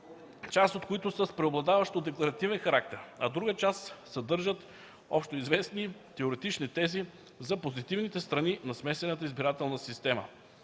част от които са с преобладаващо декларативен характер, а друга част съдържат общоизвестни теоретични тези за позитивните страни на смесената избирателна система.